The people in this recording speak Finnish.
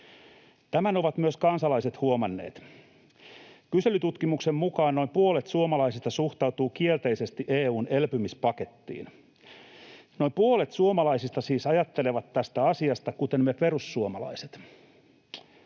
Tämän ovat myös kansalaiset huomanneet: kyselytutkimuksen mukaan noin puolet suomalaisista suhtautuu kielteisesti EU:n elpymispakettiin. Noin puolet suomalaisista siis ajattelevat tästä asiasta kuten me perussuomalaiset.